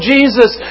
Jesus